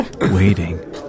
Waiting